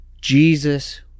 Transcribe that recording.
Jesus